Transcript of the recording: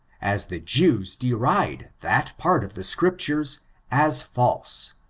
as the jews deride that part of the scriptures as false,